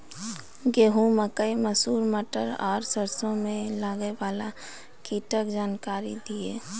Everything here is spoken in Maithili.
गेहूँ, मकई, मसूर, मटर आर सरसों मे लागै वाला कीटक जानकरी दियो?